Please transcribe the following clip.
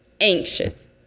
anxious